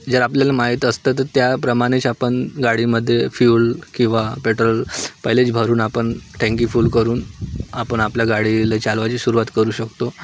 जर आपल्याला माहीत असतं तर त्याप्रमाणेच आपण गाडीमध्ये फ्यूल किंवा पेट्रोल पहिलेच भरून आपण टँकी फुल करून आपण आपल्या गाडीला चालवायची सुरुवात करू शकतो